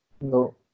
No